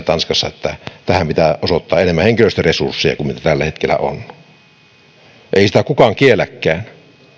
tanskassa tähän pitäisi osoittaa enemmän henkilöstöresursseja kuin mitä tällä hetkellä on ei sitä kukaan kielläkään